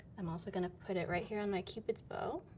i'm also gonna put it right here on my cupid's bow.